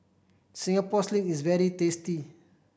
Singapore Sling is very tasty